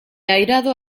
airado